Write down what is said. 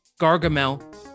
Gargamel